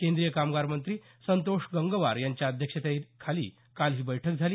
केंद्रीय कामगार मंत्री संतोष गंगवार यांच्या अध्यक्षतेखाली काल ही बैठक झाली